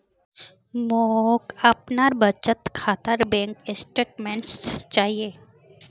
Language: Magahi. मोक अपनार बचत खातार बैंक स्टेटमेंट्स चाहिए